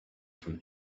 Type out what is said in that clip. from